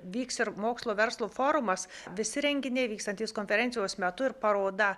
vyks ir mokslo verslo forumas visi renginiai vykstantys konferencijos metu ir paroda